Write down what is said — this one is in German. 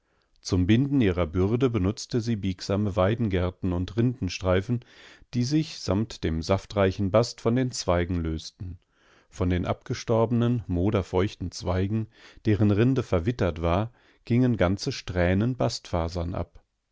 zum binden ihrer bürde benutzte sie biegsame weidengerten und rindenstreifen die sich samt dem saftreichen bast von den zweigen lösten von den abgestorbenen moderfeuchten zweigen deren rinde verwittert war gingen ganze strähnen bastfasern ab